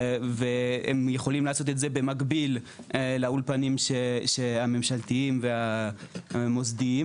והם יכולים לעשות את זה במקביל לאולפנים הממשלתיים והמוסדיים.